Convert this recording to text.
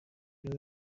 rero